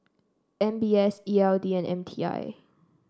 M B S E L D and M T I